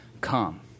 come